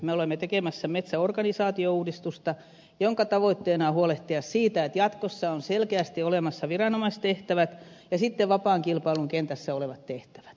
me olemme tekemässä metsäorganisaation uudistusta jonka tavoitteena on huolehtia siitä että jatkossa on selkeästi viranomaistehtävät ja sitten vapaan kilpailun kentässä olevat tehtävät